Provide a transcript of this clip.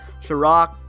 Chirac